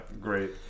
great